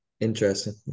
Interesting